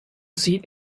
seat